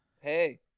Hey